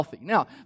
Now